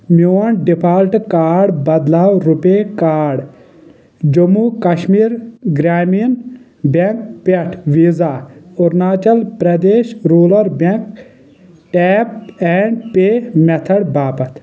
میون default card بدلاو RuPay card Jammu Kashmir Grameen bank پٮ۪ٹھ Visa Arunachal Pradesh rural bank tap and pay method باپتھ